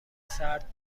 سرد